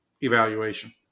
evaluation